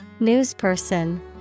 Newsperson